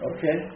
Okay